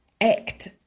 act